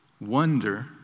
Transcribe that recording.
wonder